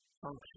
function